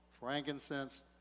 frankincense